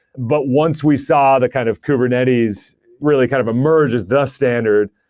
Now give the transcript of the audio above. but once we saw the kind of kubernetes really kind of emerge as the standard.